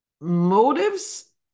motives